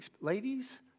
ladies